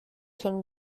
können